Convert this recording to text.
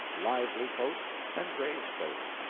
lively folk and grave folk.